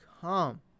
Come